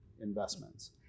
investments